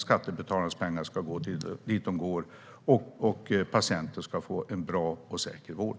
Skattebetalarnas pengar ska gå dit de ska, och patienter ska få en bra och säker vård.